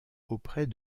auprès